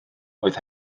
oedd